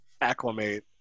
acclimate